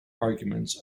arguments